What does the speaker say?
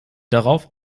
darauf